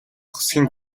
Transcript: ухасхийн